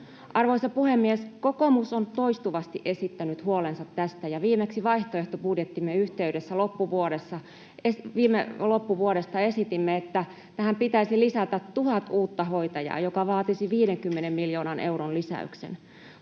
Arvoisa puhemies! Kokoomus on toistuvasti esittänyt huolensa tästä, ja viimeksi vaihtoehtobudjettimme yhteydessä viime loppuvuodesta esitimme, että tähän pitäisi lisätä tuhat uutta hoitajaa, mikä vaatisi 50 miljoonan euron lisäyksen.